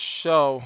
show